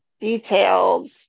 detailed